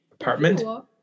Apartment